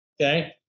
Okay